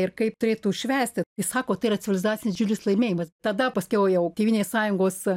ir kaip turėtų švęsti jis sako tai yra civilizacinis didžiulis laimėjimas tada paskiau jau tėvynės sąjungos